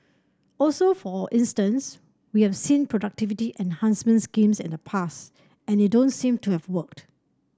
also for instance we've seen productivity enhancement schemes in the past and they don't seem to have worked